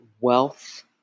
wealth